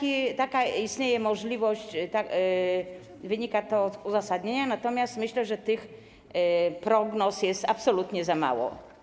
Istnieje taka możliwość, wynika to z uzasadnienia, natomiast myślę, że tych prognoz jest absolutnie za mało.